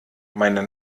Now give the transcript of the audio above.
meine